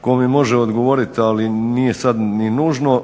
tko mi može odgovoriti ali nije sada ni nužno.